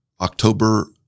October